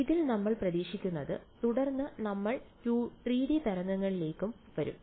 ഇതിൽ നമ്മൾ പ്രതീക്ഷിക്കുന്നത് തുടർന്ന് നമ്മൾ 3 D തരംഗങ്ങളിലേക്കും വരും